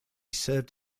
served